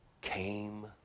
came